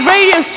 Radio